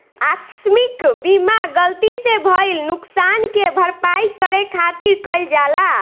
आकस्मिक बीमा गलती से भईल नुकशान के भरपाई करे खातिर कईल जाला